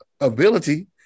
ability